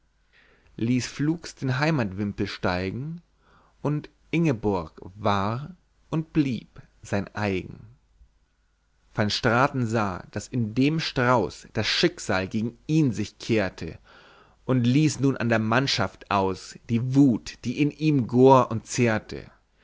ließ flugs den heimatwimpel steigen und ingborg war und blieb sein eigen van straten sah daß in dem strauß das schicksal gegen ihn sich kehrte und ließ nun an der mannschaft aus die wuth die in ihm gor und zehrte